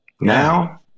Now